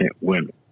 women